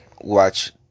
watch